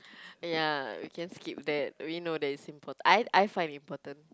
ya we can skip that we know that it's simple I I find important